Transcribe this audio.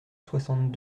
soixante